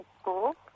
school